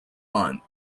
month